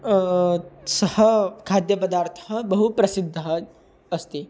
सः खाद्यपदार्थः बहु प्रसिद्धः अस्ति